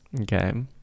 Okay